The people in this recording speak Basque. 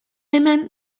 hemen